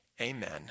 Amen